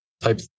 type